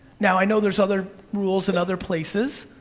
now, i know there's other rules in other places,